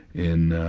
in ah,